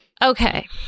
Okay